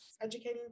educating